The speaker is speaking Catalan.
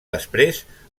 després